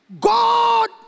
God